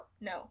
No